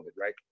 Right